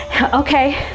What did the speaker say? Okay